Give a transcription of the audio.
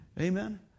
amen